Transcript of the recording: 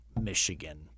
Michigan